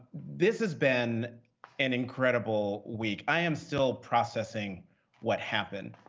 this has been an incredible week. i am still processing what happened.